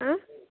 ಆಂ